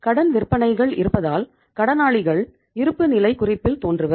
கடன் விற்பனைகள் இருப்பதால் கடனாளிகள் இருப்புநிலை குறிப்பில் தோன்றுவர்